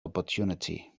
opportunity